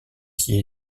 s’y